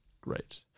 Great